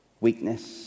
Weakness